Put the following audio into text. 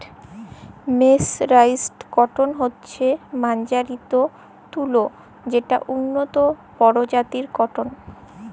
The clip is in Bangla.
মের্সরাইসড কটল হছে মাজ্জারিত তুলা যেট উল্লত পরজাতির কটল